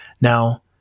Now